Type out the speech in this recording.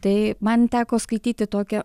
tai man teko skaityti tokią